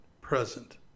present